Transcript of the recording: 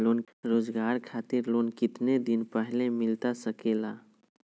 रोजगार खातिर लोन कितने दिन पहले मिलता सके ला?